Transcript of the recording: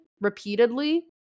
repeatedly